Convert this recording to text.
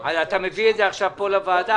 -- אז אתה מביא את זה עכשיו פה, לוועדה?